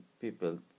people